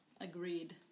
agreed